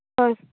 ᱦᱳᱭ